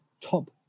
top